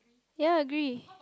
ya agree